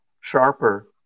sharper